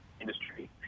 industry